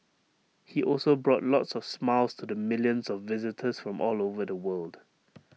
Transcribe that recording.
he also brought lots of smiles to the millions of visitors from all over the world